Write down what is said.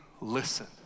listen